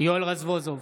יואל רזבוזוב,